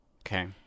Okay